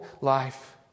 life